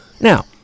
Now